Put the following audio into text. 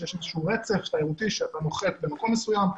שיש איזשהו רצף תיירותי שאתה נוכח במקום מסוים,